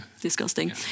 disgusting